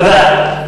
תודה.